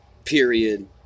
period